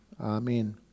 Amen